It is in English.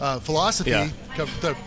philosophy